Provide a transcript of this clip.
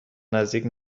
نزدیک